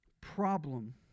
problem